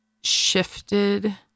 shifted